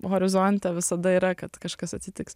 horizonte visada yra kad kažkas atsitiks